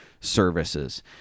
services